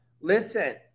Listen